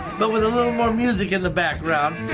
but with a little more music in the background.